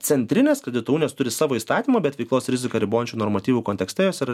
centrinės kredito unijos turi savo įstatymą bet veiklos riziką ribojančių normatyvų kontekste jos yra